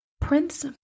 Prince